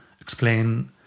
explain